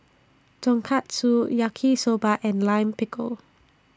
Tonkatsu Yaki Soba and Lime Pickle